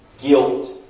Guilt